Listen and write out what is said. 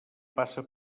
passa